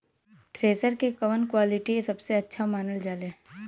Thresher के कवन quality सबसे अच्छा मानल जाले?